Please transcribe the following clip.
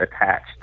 attached